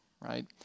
Right